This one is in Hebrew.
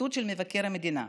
ציטוט של מבקר המדינה: